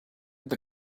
did